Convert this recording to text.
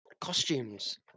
Costumes